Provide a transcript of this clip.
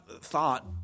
thought